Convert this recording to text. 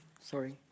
sorry